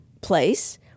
place